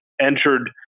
entered